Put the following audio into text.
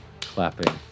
clapping